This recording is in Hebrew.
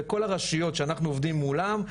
בכל הרשויות שאנחנו עובדים מולן,